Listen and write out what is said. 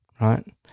right